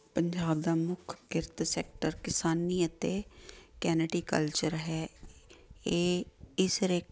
ਪੰਜਾਬ ਦਾ ਮੁੱਖ ਕਿਰਤ ਸੈਕਟਰ ਕਿਸਾਨੀ ਅਤੇ ਕੈਨਿਟੀ ਕਲਚਰ ਹੈ ਇਹ ਇਸ